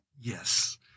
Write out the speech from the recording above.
yes